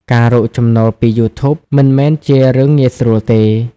ការរកចំណូលពី YouTube មិនមែនជារឿងងាយស្រួលទេ។